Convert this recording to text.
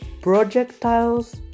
projectiles